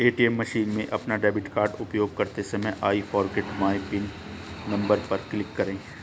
ATM machine में अपना debit card उपयोग करते समय I forget my PIN number पर क्लिक करें